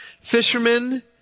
Fishermen